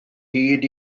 hyd